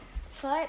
foot